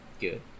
Good